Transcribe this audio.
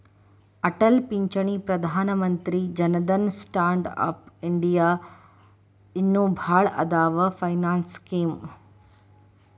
ಅಟಲ್ ಪಿಂಚಣಿ Pradhan Mantri Jan Dhan stand up India ಇನ್ನು ಭಾಳ್ ಅದಾವ್ ಫೈನಾನ್ಸ್ ಸ್ಕೇಮ್